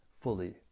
fully